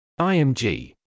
IMG